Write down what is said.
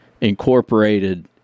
incorporated